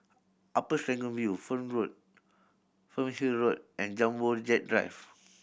Upper Serangoon View Fern Road Fernhill Road and Jumbo Jet Drive